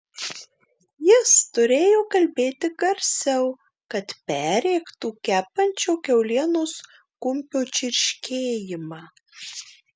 jis turėjo kalbėti garsiau kad perrėktų kepančio kiaulienos kumpio čirškėjimą